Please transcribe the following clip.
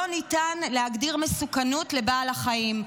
לא ניתן להגדיר מסוכנות לבעל החיים.